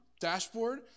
dashboard